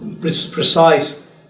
precise